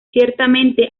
ciertamente